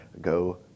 go